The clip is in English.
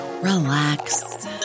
relax